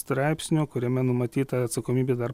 straipsniu kuriame numatyta atsakomybė dar